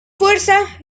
fuerza